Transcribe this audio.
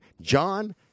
John